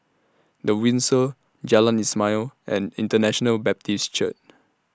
The Windsor Jalan Ismail and International Baptist Church